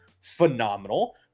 phenomenal